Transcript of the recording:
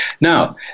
Now